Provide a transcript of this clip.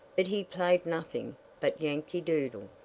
but he played nothing but yankee doodle.